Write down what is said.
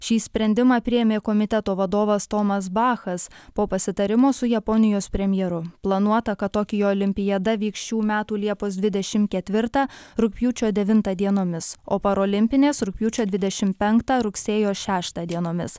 šį sprendimą priėmė komiteto vadovas tomas bachas po pasitarimo su japonijos premjeru planuota kad tokijo olimpiada vyks šių metų liepos dvidešimt ketvirtą rugpjūčio devintą dienomis o parolimpinės rugpjūčio dvidešimt penktą rugsėjo šeštą dienomis